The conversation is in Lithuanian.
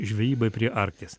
žvejybai prie arkties